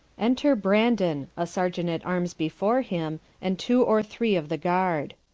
enter brandon, a sergeant at armes before him, and two or three of the guard.